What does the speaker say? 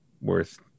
worth